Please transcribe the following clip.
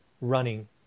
running